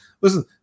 listen